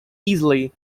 easily